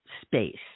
space